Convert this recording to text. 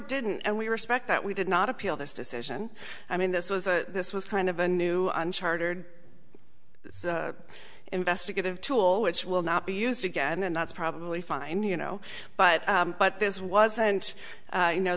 didn't and we respect that we did not appeal this decision i mean this was a this was kind of a new unchartered investigative tool which will not be used again and that's probably fine you know but but this was and you know